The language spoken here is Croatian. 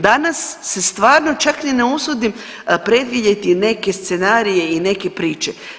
Danas se stvarno čak ni ne usudim predvidjeti neke scenarije i neke priče.